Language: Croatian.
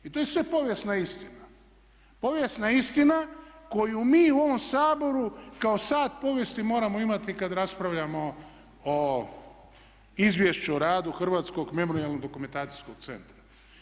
I to je sve povijesna istina, povijesna istina koju mi u ovom Saboru kao sat povijesti moramo imati kad raspravljamo o izvješću o radu Hrvatskog memorijalno-dokumentacijskog centra.